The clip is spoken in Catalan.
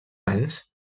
anys